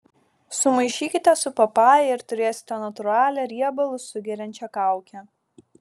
sumaišykite su papaja ir turėsite natūralią riebalus sugeriančią kaukę